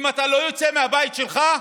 אם אתה לא יוצא מהבית שלך,